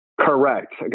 Correct